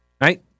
right